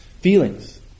Feelings